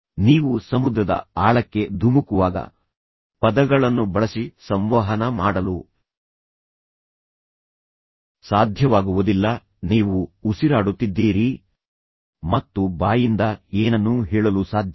ನೀವು ಸಮುದ್ರದ ಆಳಕ್ಕೆ ಧುಮುಕುವಾಗ ಪದಗಳನ್ನು ಬಳಸಿ ಸಂವಹನ ಮಾಡಲು ಸಾಧ್ಯವಾಗುವುದಿಲ್ಲ ನೀವು ಉಸಿರಾಡುತ್ತಿದ್ದೀರಿ ಮತ್ತು ಬಾಯಿಂದ ಏನನ್ನೂ ಹೇಳಲು ಸಾಧ್ಯವಿಲ್ಲ